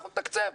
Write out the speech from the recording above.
אנחנו נתקצב'.